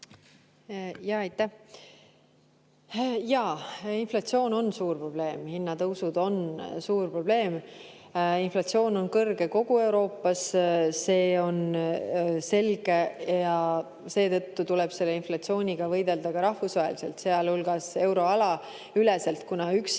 Jaa, inflatsioon on suur probleem, hinnatõusud on suur probleem. Inflatsioon on kõrge kogu Euroopas, see on selge. Seetõttu tuleb selle inflatsiooniga võidelda ka rahvusvaheliselt, sealhulgas euroalaüleselt, kuna üksi